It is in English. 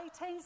18